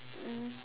mm